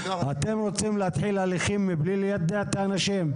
אתם רוצים להתחיל הליכים מבלי ליידע את האנשים?